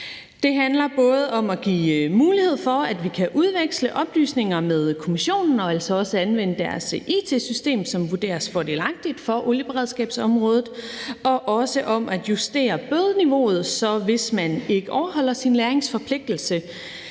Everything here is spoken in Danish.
Det handler både om at give mulighed for, at vi kan udveksle oplysninger med Kommissionen og altså også anvende deres it-system, hvilket vurderes fordelagtigt for olieberedskabsområdet, og også om at justere bødeniveauet, så der, hvis man ikke overholder sin lagringsforpligtelse,